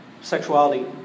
Sexuality